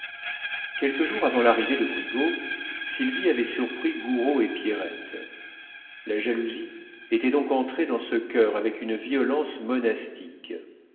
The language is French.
quelques jours avant l'arrivée de brigaut sylvie avait surpris gouraud et pierrette la jalousie était donc entrée dans ce cœur avec une violence monastique